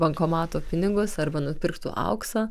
bankomato pinigus arba nupirktų auksą